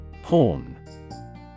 Horn